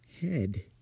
head